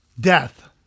Death